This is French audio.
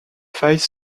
failles